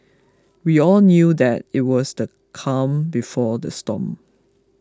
we all knew that it was the calm before the storm